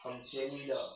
很便宜的